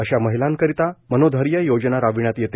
अशा महिला करिता मनोधैर्य योजना राबविण्यात येते